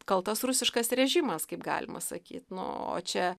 kaltas rusiškas režimas kaip galima sakyt nu o čia